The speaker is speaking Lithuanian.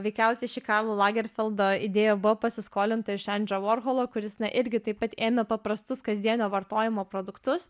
veikiausiai ši karlo lagerfildo idėja buvo pasiskolinta iš endžio vorholo kuris na irgi taip pat ėmė paprastus kasdienio vartojimo produktus